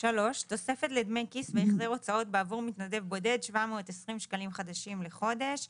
תוספת לדמי כיס והחזר הוצאות בעבור מתנד בודד - 720 שקלים חדשים לחודש,